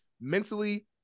mentally